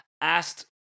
asked